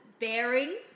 bearing